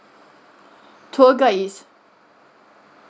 tour guide is